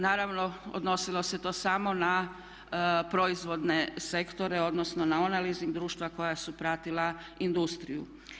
Naravno odnosilo se to samo na proizvodne sektore, odnosno na ona leasing društva koja su pratila industriju.